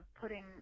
putting